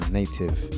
native